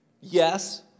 Yes